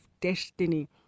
destiny